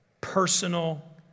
personal